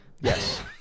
Yes